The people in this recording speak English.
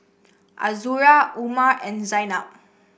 Azura Umar and Zaynab